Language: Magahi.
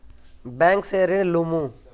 बैंक से ऋण लुमू?